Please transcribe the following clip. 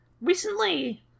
recently